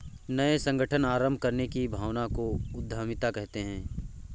नये संगठन आरम्भ करने की भावना को उद्यमिता कहते है